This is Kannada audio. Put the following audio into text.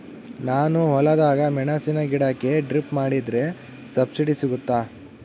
ನಾನು ಹೊಲದಾಗ ಮೆಣಸಿನ ಗಿಡಕ್ಕೆ ಡ್ರಿಪ್ ಮಾಡಿದ್ರೆ ಸಬ್ಸಿಡಿ ಸಿಗುತ್ತಾ?